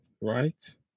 right